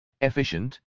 efficient